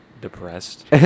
depressed